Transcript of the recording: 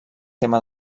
tema